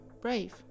brave